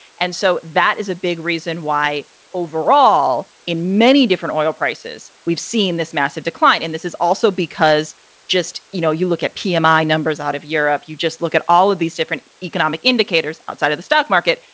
and so that is a big reason why overall in many different oil prices, we've seen this massive decline. and this is also because just you know, you look at pmi um numbers out of europe. you just look at all of these different economic indicators outside of the stock market.